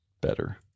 better